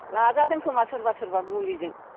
लाजादोंखोमा सोरबा सोरबा मुलिजों